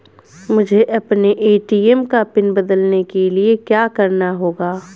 मुझे अपने ए.टी.एम का पिन बदलने के लिए क्या करना होगा?